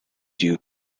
due